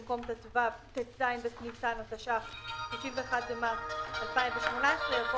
במקום "ט"ז בניסן התשע"ח (31 במרס 2018)" יבוא